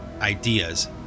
ideas